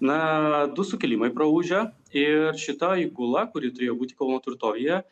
na du sukilimai praūžę ir šita įgula kuri turėjo būti kauno tvirtovėje